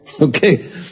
Okay